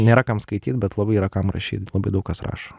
nėra kam skaityt bet labai yra kam rašyt labai daug kas rašo